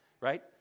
Right